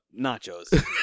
nachos